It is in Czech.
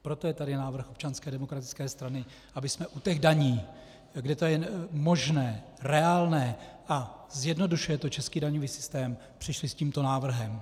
Proto je tady návrh Občanské demokratické strany, abychom u těch daní, kde to je možné, reálné a zjednodušuje to český daňový systém, přišli s tímto návrhem.